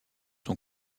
son